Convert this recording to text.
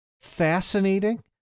fascinating